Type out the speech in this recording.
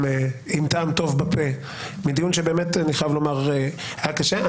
טוב בפה מדיון שבאמת אני חייב לומר היה קשה.